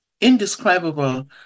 indescribable